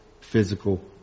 physical